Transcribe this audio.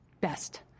best